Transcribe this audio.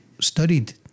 studied